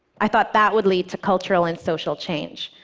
i thought that would lead to cultural and social change.